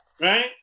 right